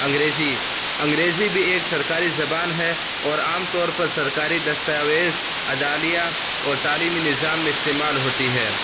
انگریزی انگریزی بھی ایک سرکاری زبان ہے اور عام طور پر سرکاری دستاویز عدلیہ اور تعلیمی نظام میں استعمال ہوتی ہے